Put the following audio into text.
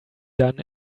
done